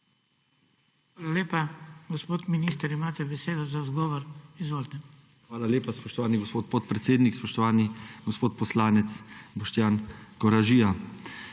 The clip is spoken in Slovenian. Hvala lepa. Gospod minister, imate besedo za odgovor. Izvolite. JANEZ CIGLER KRALJ: Hvala lepa, spoštovani gospod podpredsednik. Spoštovani gospod poslanec Boštjan Koražija!